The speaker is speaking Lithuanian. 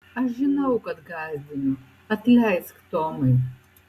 aš žinau kad gąsdinu atleisk tomai